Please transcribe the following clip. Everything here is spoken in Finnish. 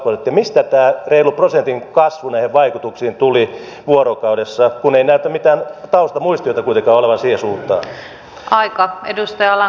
mistä tämä reilu prosentin kasvu näihin vaikutuksiin tuli vuorokaudessa kun ei näytä mitään taustamuistiota kuitenkaan olevan siihen suuntaan